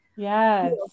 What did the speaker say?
Yes